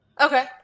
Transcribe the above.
Okay